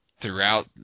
throughout